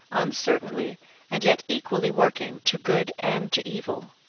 uncertainly and yet equally working to good and to evil.